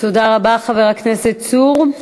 תודה רבה, חבר הכנסת צור.